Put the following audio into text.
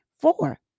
Four